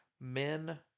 men